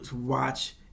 watch